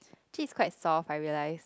actually is quite soft I realise